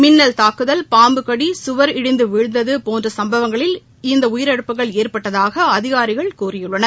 மின்னல் தாக்குதல் பாம்புகடி சுவர் இடிந்து விழுந்தது போன்ற சும்பவங்களிர் இந்த உயிழப்புகள் ஏற்பட்டதாக அதிகாரிகள் கூறியுள்ளனர்